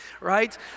right